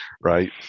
right